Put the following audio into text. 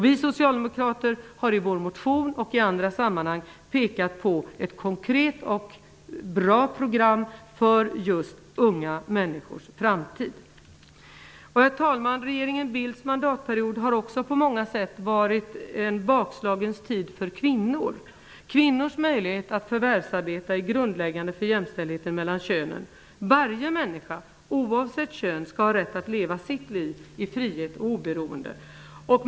Vi socialdemokrater har i vår motion och i andra sammanhang pekat på ett konkret och bra program för unga människors framtid. Herr talman! Regeringen Bildts mandatperiod har också på många sätt varit en bakslagens tid för kvinnor. Kvinnors möjlighet att förvärvsarbeta är grundläggande för jämställdheten mellan könen. Varje människa, oavsett kön, skall ha rätt att leva sitt liv i frihet och oberoende.